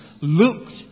looked